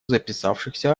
записавшихся